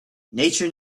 nature